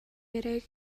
яриаг